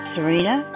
Serena